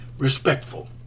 respectful